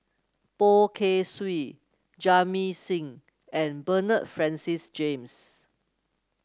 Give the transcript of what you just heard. Poh Kay Swee Jamit Singh and Bernard Francis James